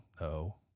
No